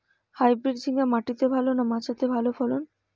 Hybrid ঝিঙ্গা মাটিতে ভালো না মাচাতে ভালো ফলন?